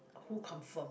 who confirm